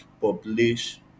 publish